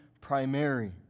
primary